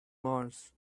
mars